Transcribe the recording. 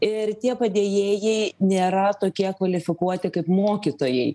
ir tie padėjėjai nėra tokie kvalifikuoti kaip mokytojai